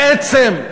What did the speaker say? בעצם,